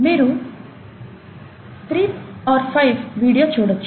మీరు 3 5 వీడియో చూడొచ్చు